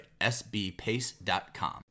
sbpace.com